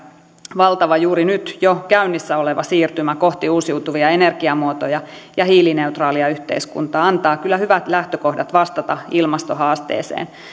valtava juuri nyt jo käynnissä oleva siirtymä kohti uusiutuvia energiamuotoja ja hiilineutraalia yhteiskuntaa antavat kyllä hyvät lähtökohdat vastata ilmastohaasteeseen